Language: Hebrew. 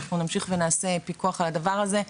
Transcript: אנחנו נמשיך לעשות פיקוח על הדבר הזה.